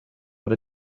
what